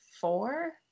four